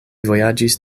vojaĝis